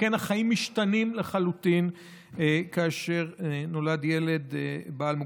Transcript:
שכן החיים משתנים לחלוטין כאשר נולד ילד בעל מוגבלויות.